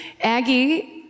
Aggie